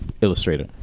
illustrator